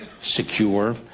secure